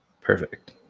Perfect